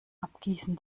abgießen